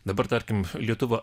dabar tarkim lietuva